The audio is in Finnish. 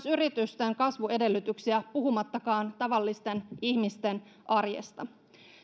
yritysten kasvuedellytyksiä puhumattakaan tavallisten ihmisten arjesta